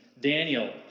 Daniel